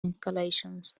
installations